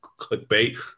clickbait